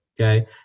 okay